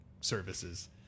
services